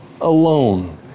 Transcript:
alone